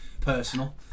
personal